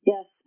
Yes